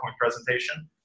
presentation